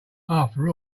after